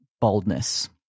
boldness